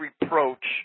reproach